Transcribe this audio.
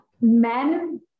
Men